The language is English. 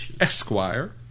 Esquire